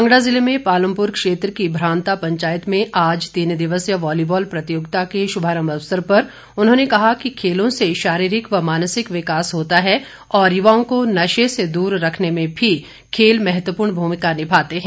कांगड़ा जिले में पालमपुर क्षेत्र की भ्रांता पंचायत में आज तीनन दिवसीय वॉलीबॉल प्रतियोगिता के शुभारंभ अवसर पर उन्होंने कहा कि खेलों से शारीरिक व मानसिक विकास होता है और युवाओं को नशे से दूर रखने में भी खेल महत्वपूर्ण भूमिका निभाते हैं